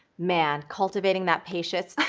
man, cultivating that patience,